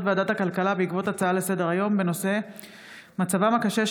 ועדת הכלכלה בעקבות דיון בהצעה לסדר-היום של חברי הכנסת